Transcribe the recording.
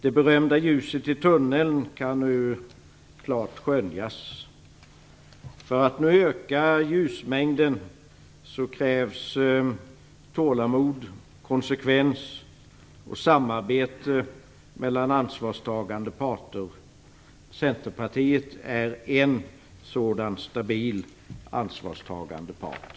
Det berömda ljuset i tunneln kan klart skönjas. För att nu öka ljusmängden krävs tålamod, konsekvens och samarbete mellan ansvarstagande parter. Centerpartiet är en sådan stabil, ansvarstagande part.